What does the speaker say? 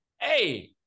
Hey